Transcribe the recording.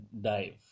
Dive